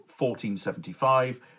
1475